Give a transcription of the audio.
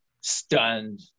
stunned